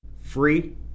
free